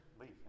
leave